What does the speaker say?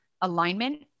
alignment